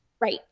Right